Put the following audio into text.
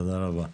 תודה רבה.